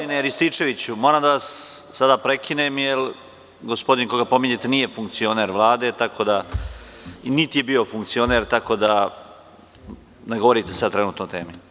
Gospodine Rističeviću, moram sada da vas prekinem, jer gospodin koga pominjete nije funkcioner Vlade, niti je bio funkcioner, tako da ne govorite sada trenutno o temi.